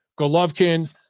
Golovkin